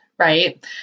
Right